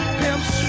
pimps